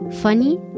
Funny